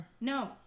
No